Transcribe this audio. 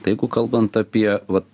tai jeigu kalbant apie va